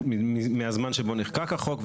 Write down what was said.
רגע, תקשיב.